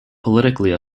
politically